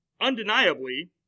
undeniably